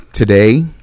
Today